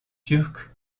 turcs